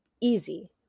easy